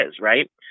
right